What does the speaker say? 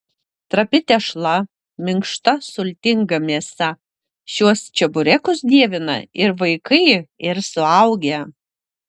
trapi tešla minkšta sultinga mėsa šiuos čeburekus dievina ir vaikai ir suaugę